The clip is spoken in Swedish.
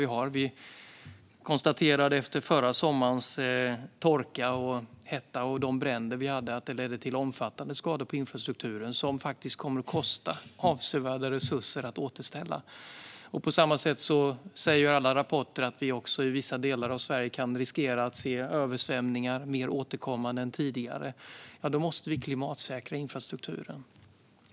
Vi kan konstatera att förra sommarens torka, hetta och bränder ledde till omfattande skador på infrastrukturen som kommer att kosta avsevärda resurser att återställa. På samma sätt säger alla rapporter att vi i vissa delar av Sverige riskerar att se översvämningar mer återkommande än tidigare. Därför måste vi klimatsäkra infrastrukturen.